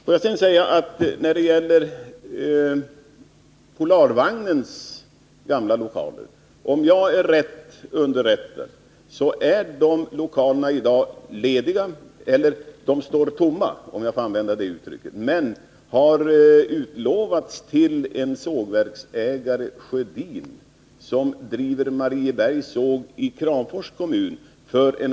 Får jag sedan när det gäller Polarvagnens gamla lokaler säga att om jag är riktigt underrättad så är de lokalerna i dag lediga — eller de står tomma, om jag får använda det uttrycket — men de har för annan verksamhet utlovats till en sågverksägare Sjödin, som driver Mariebergs såg i Kramfors kommun.